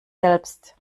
selbst